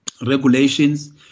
regulations